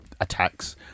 attacks